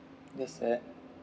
yes that